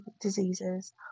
diseases